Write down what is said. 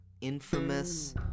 infamous